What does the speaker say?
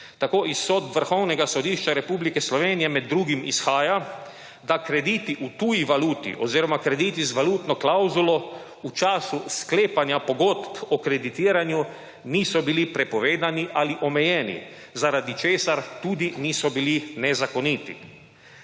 Tako iz sodb Vrhovnega sodišča Republike Slovenije med drugim izhaja, da krediti v tuji valuti oziroma krediti z valutno klavzulo v času sklepanja pogodb o kreditiranju niso bili prepovedani ali omejeni, zaradi česar tudi niso bili nezakoniti.